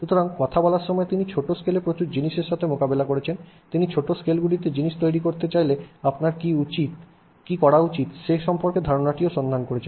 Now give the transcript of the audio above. সুতরাং কথা বলার সময় তিনি ছোট স্কেলে প্রচুর জিনিসের সাথে মোকাবেলা করেছেন তিনি ছোট স্কেলগুলিতে জিনিস তৈরি করতে চাইলে আপনার কী করা উচিত সে সম্পর্কে ধারণাটিও সন্ধান করেছেন